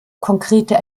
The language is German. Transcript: konkrete